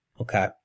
Okay